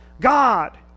God